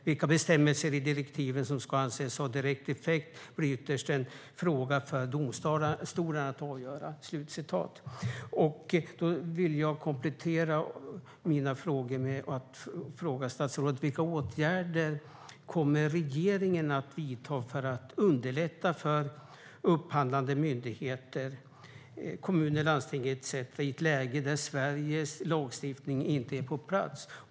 Vilka bestämmelser i direktiven som ska anses ha direkt effekt blir ytterst en fråga för domstolarna att avgöra." Jag vill komplettera mina frågor med att fråga statsrådet vilka åtgärder regeringen kommer att vidta för att underlätta för upphandlande myndigheter, kommuner och landsting etcetera i ett läge där Sveriges lagstiftning inte är på plats.